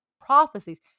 prophecies